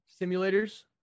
simulators